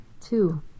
Two